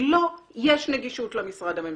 כי לו יש נגישות למשרד הממשלתי.